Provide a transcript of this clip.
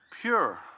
pure